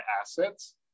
assets